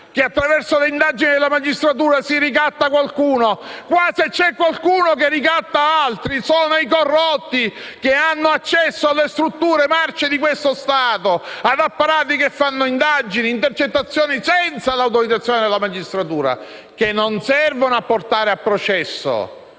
che, attraverso le indagini della magistratura, si ricatta qualcuno? Se qua c'è qualcuno che ricatta altri, si tratta dei corrotti che hanno accesso alle strutture marce dello Stato, ad apparati che fanno indagini e a intercettazioni senza avere l'autorizzazione della magistratura, che servono non a portare a processo,